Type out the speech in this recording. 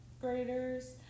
graders